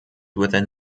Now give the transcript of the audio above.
within